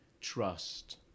trust